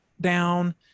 down